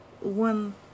one